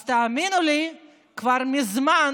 אז תאמינו לי שכבר מזמן